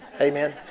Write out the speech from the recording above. Amen